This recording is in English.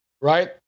right